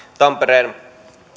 tampereen